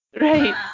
Right